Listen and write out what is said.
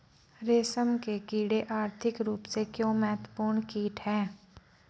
रेशम के कीड़े आर्थिक रूप से क्यों महत्वपूर्ण कीट हैं?